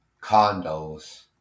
condos